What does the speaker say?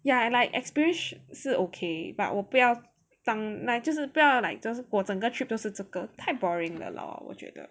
ya like experience 是 okay but 我不要当那就是不要 like 只是过整个 trip 都是这个太 boring 了 lor 我觉得